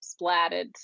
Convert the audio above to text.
splatted